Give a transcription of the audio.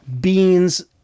Beans